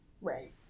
Right